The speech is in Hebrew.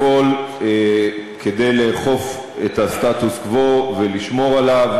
לפעול כדי לאכוף את הסטטוס-קוו ולשמור עליו,